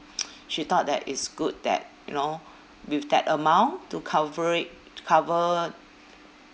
she thought that is good that you know with that amount to cover it cover